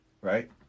Right